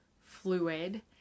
fluid